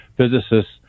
Physicists